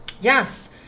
Yes